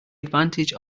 advantage